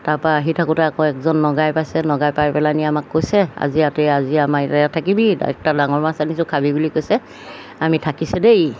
তাৰপৰা আহি থাকোঁতে আকৌ একজন নগাই পাইছে নগাই পাই পেলাইনি আমাক কৈছে আজি ইয়াতে আজি আমাৰ ইয়াত থাকিবি একটা ডাঙৰ মাছ আনিছোঁ খাবি বুলি কৈছে আমি থাকিছে দেই